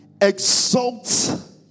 Exalts